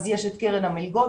אז יש את קרן המלגות,